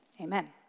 amen